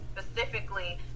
specifically